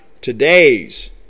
today's